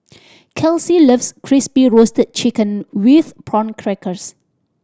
Kelcie loves Crispy Roasted Chicken with Prawn Crackers